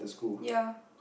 ya